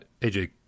Aj